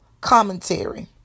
commentary